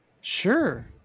Sure